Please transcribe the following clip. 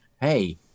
hey